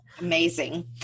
Amazing